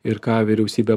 ir ką vyriausybė